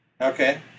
Okay